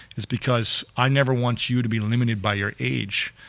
is because i never want you to be limited by your age,